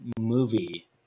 movie